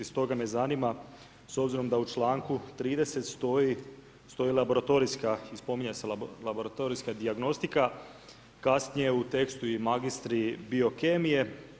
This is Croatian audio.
Stoga me zanima, s obzirom da u članku 30. stoji laboratorijska i spominje se laboratorijska dijagnostika, kasnije u tekstu i magistri biokemije.